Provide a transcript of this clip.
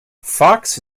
fox